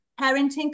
parenting